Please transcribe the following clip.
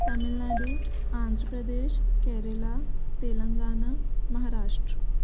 Tamil Nadu Andhra Pradesh Kerala Telangana Maharashtra